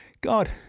God